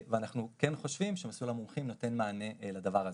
אנחנו כן חושבים שמסלול המומחים נותן מענה לדבר הזה.